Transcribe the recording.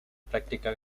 práctica